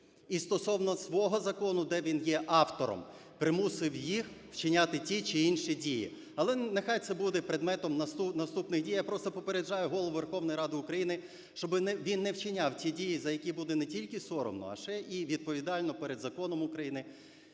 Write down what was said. і стосовно свого закону, де він є автором, примусив їх вчиняти ті чи інші дії. Але нехай це буде предметом наступних дій. Я просто попереджаю Голову Верховної Ради України, щоб він не вчиняв ті дії, за які буде не тільки соромно, а ще і відповідально перед законом України